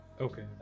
Okay